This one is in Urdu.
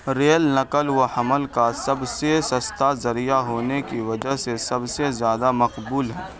ریل نقل و حمل کا سب سے سستا ذریعہ ہونے کی وجہ سے سب سے زیادہ مقبول ہے